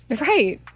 Right